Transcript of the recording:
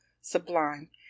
sublime